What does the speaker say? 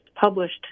published